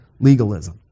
legalism